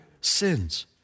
sins